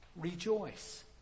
Rejoice